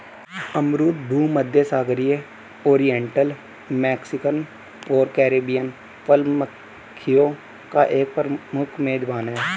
अमरूद भूमध्यसागरीय, oriental, Mexican और कैरिबियन फल मक्खियों का एक प्रमुख मेजबान है